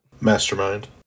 Mastermind